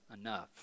enough